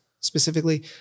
specifically